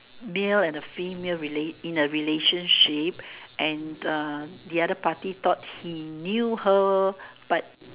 male and a female relat~ in a relationship and uh the other party thought he knew her but